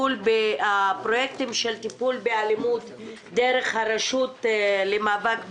הפרויקטים של טיפול באלימות דרך הרשות למאבק באלימות,